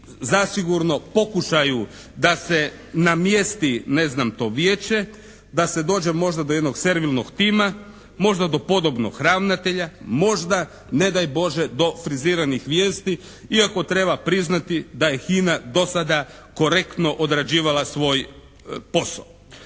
zasigurno pokušaju da se namjesti to vijeće, da se dođe možda do jednog servilnog tima, možda do podobnog ravnatelja, možda ne daj Bože do friziranih vijesti iako treba priznati da je HINA do sada korektno odrađivala svoj posao.